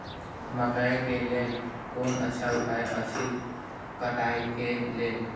मकैय के लेल कोन अच्छा उपाय अछि कटाई के लेल?